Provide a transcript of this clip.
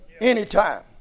Anytime